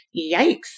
yikes